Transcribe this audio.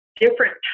different